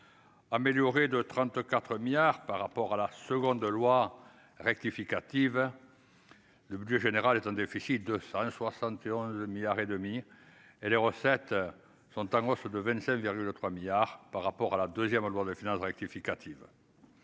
améliorer de 34 milliards par rapport à la seconde loi rectificative. Le budget général est en déficit de 171 milliards et demi et les recettes sont en hausse de 27 vers de 3 milliards par rapport à la 2ème loi de finances rectificative.